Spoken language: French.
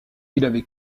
avait